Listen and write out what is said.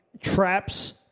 traps